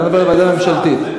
זו ועדה ממשלתית.